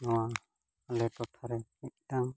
ᱱᱚᱣᱟ ᱟᱞᱮ ᱴᱚᱴᱷᱟᱨᱮ ᱢᱤᱫᱴᱟᱝ